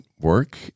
work